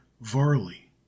Varley